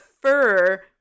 fur